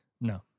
No